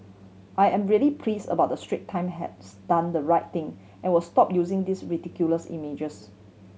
I am really please about the Strait Time has done the right thing and will stop using these ridiculous images